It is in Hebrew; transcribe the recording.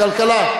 כלכלה.